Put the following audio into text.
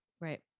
Right